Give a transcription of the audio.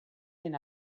den